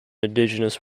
indigenous